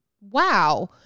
wow